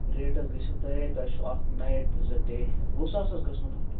rate حظ گَژھِو تۄہہِ تۄہہِ چھُ اکھ نایِٹ زٕ ڈے وُہ ساس حظ گَژھٕ نو تۄہہِ